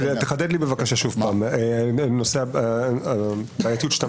תחדד לי בבקשה שוב את הבעייתיות שאתה